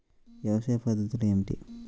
వ్యవసాయ పద్ధతులు ఏమిటి?